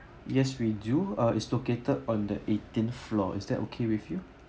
yes we do uh is located on the eighteenth floor is that okay with you